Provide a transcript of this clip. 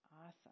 Awesome